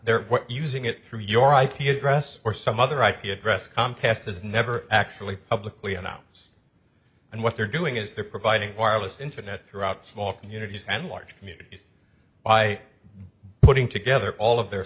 they're what using it through your ip address or some other ip address comcast has never actually publicly announce and what they're doing is they're providing wireless internet throughout small communities and large communities by putting together all of their